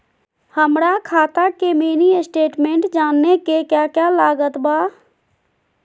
हमरा खाता के मिनी स्टेटमेंट जानने के क्या क्या लागत बा?